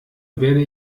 werde